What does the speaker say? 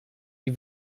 die